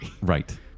Right